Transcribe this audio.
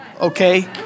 okay